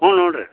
ಹ್ಞೂ ನೋಡಿರಿ